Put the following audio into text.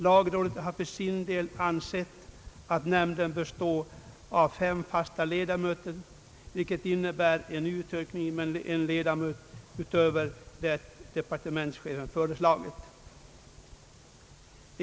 Lagrådet har för sin del ansett att nämnden bör bestå av fem fasta ledamöter, vilket innebär en utökning med en ledamot utöver vad departementschefen föreslagit.